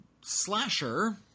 slasher